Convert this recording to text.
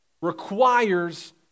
requires